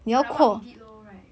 like what we did lor right